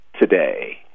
today